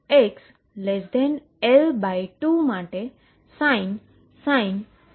હું તેને xL2 માટે sin βx કહીશ